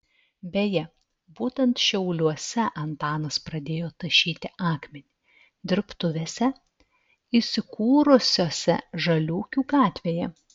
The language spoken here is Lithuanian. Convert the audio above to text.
beje būtent šiauliuose antanas pradėjo tašyti akmenį dirbtuvėse įsikūrusiose žaliūkių gatvėje